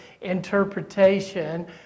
interpretation